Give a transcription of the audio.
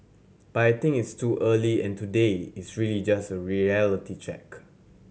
but I think it's too early and today is really just a reality check